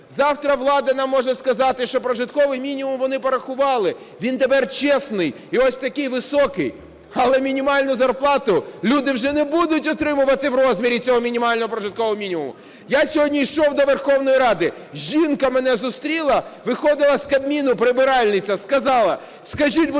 Завтра влада нам може сказати, що прожитковий мінімум вони порахували, він тепер чесний і ось такий високий. Але мінімальну зарплату люди вже не будуть отримувати в розмірі цього мінімального прожиткового мінімуму. Я сьогодні йшов до Верховної Ради, жінка мене зустріла, виходила з Кабміну прибиральниця, сказала: "Скажіть, будь ласка,